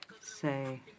say